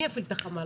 מי יפעיל את החמ"ל?